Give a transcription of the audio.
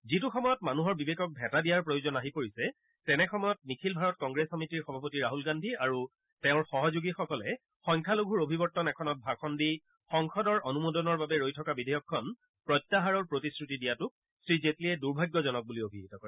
যিটো সময়ত মানুহৰ বিবেকক ভেটা দিয়াৰ প্ৰয়োজন আহি পৰিছে তেনে সময়ত নিখিল ভাৰত কংগ্ৰেছ সমিতিৰ সভাপতি ৰাহুল গান্ধী আৰু তেওঁৰ সহযোগীসকলে সংখ্যালঘূৰ অভিৱৰ্তন এখনত ভাষণ দি সংসদৰ অনুমোদনৰ বাবে ৰৈ থকা বিধেয়কখন প্ৰত্যাহাৰৰ প্ৰতিশ্ৰুতি দিয়াটোক শ্ৰী জেটলীয়ে দুৰ্ভাগ্যজনক বুলি অভিহিত কৰে